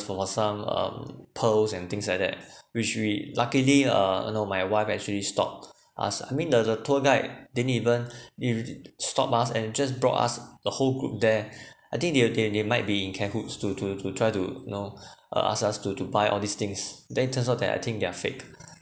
for some um pearls and things like that which we luckily uh you know my wife actually stopped us I mean the the tour guide didn't even stop us and just brought us the whole group there I think they they they might be in cahoots to to to try to you know uh ask us to to buy all these things then it turns out that I think they're fake